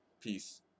Peace